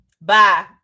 Bye